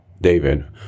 David